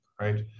right